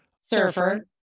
surfer